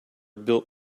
built